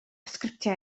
sgriptiau